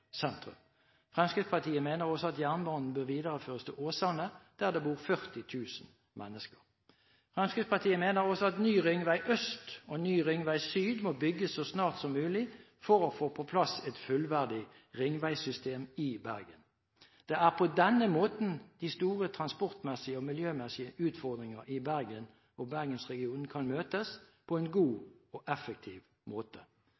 Fremskrittspartiet mener også at jernbanen bør videreføres til Åsane, der det bor 40 000 mennesker. Fremskrittspartiet mener også at ny Ringveg øst og ny Ringveg syd må bygges så snart som mulig for å få på plass et fullverdig ringveisystem i Bergen. Det er på denne måten de store transportmessige og miljømessige utfordringer i Bergen og Bergensregionen kan møtes på en god og effektiv måte.